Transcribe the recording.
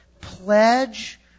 pledge